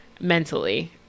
mentally